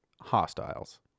Hostiles